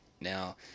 Now